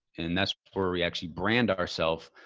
and that's where we actually brand ourself.